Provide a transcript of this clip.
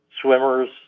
swimmers